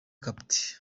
capt